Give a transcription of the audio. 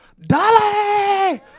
Dolly